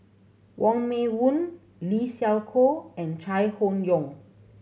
Wong Meng Voon Lee Siew Choh and Chai Hon Yoong